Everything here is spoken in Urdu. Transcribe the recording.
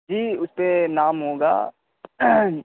جی اس پہ نام ہوگا